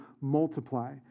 multiply